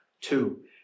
Two